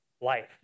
life